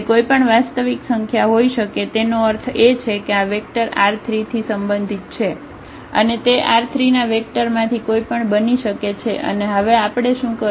તે કોઈપણ વાસ્તવિક સંખ્યા હોઈ શકે તેનો અર્થ એ છે કે આ વેક્ટર R3 થી સંબંધિત છે અને તે R3 ના વેક્ટર માંથી કોઈ પણ બની શકે છે અને હવે આપણે શું કરવાનું છે